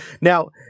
Now